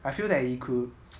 I feel that you could